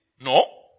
No